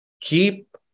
Keep